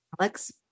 Alex